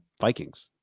Vikings